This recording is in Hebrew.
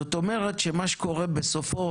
זאת אומרת שמה שקורה בסופו,